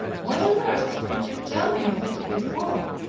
why on earth didn't you tell me of it before?